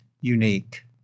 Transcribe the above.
unique